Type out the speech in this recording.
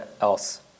else